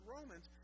Romans